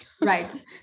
Right